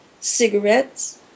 cigarettes